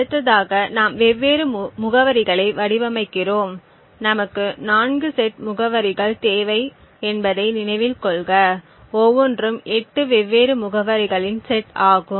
அடுத்ததாக நாம் வெவ்வேறு முகவரிகளை வடிவமைக்கிறோம் நமக்கு 4 செட் முகவரிகள் தேவை என்பதை நினைவில் கொள்க ஒவ்வொன்றும் 8 வெவ்வேறு முகவரிகளின் செட் ஆகும்